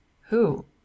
Who